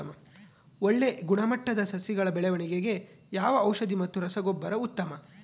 ಒಳ್ಳೆ ಗುಣಮಟ್ಟದ ಸಸಿಗಳ ಬೆಳವಣೆಗೆಗೆ ಯಾವ ಔಷಧಿ ಮತ್ತು ರಸಗೊಬ್ಬರ ಉತ್ತಮ?